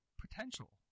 Potential